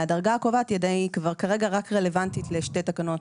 והדרגה הקובעת היא כרגע רלוונטית רק לשתי תקנות,